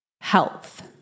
health